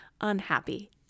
unhappy